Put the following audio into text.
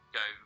go